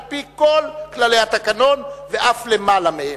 על-פי כל כללי התקנון ואף למעלה מהם.